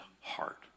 heart